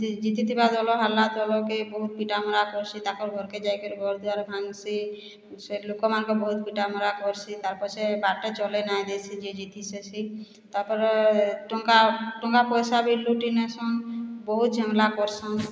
ଜିତିଥିବା ଦଲ ହାର୍ଲା ଦଲକେ ବହୁତ୍ ପିଟାମରା କର୍ସି ତାକର୍ ଘର୍କେ ଯାଇକିରି ଘର୍ଦ୍ୱାର୍ ଭାଙ୍ଗ୍ସି ସେ ଲୋକ୍ମାନ୍କେ ବହୁତ୍ ପିଟାମରା କର୍ସି ତାର୍ପଛେ ସେ ବାଟେ ଚଲେଇ ନାଇଁ ଦେସି ଯେ ଜିତି ଥିସି ତାପରେ ଟଙ୍କା ପଇସା ବି ଲୁଟି ନେସନ୍ ବହୁତ୍ ଝାମେଲା କର୍ସନ୍